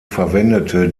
verwendete